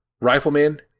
Rifleman